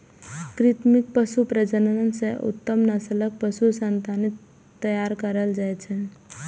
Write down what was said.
कृत्रिम पशु प्रजनन सं उत्तम नस्लक पशु संतति तैयार कएल जाइ छै